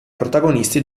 protagonisti